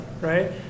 right